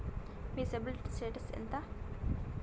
మీ CIBIL status ఎంత?